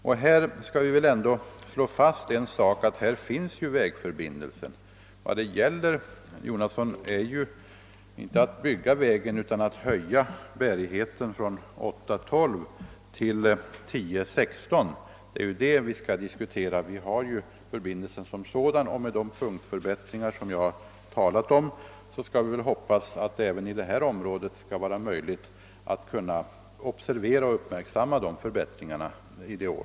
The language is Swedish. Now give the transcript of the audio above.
Vi bör väl ändå slå fast att vägförbindelsen finns och att vad det gäller är att höja bärigheten från 8:12 till 10:16. Det är den saken vi skall diskutera. Förbindelsen som sådan finns redan, och med de punktåtgärder jag talat om får vi hoppas att det även i detta område under det år som kommer skall vara möjligt att åstadkomma förbättringar.